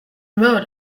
road